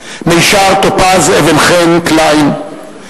מישר טופז אבן-חן קליין,